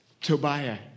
Tobiah